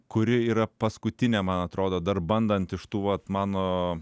kuri yra paskutinė man atrodo dar bandant iš tų vat mano